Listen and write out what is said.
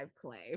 clay